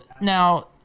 Now